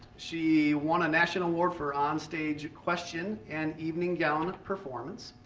she won a national award for onstage question and evening gown performance.